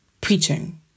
preaching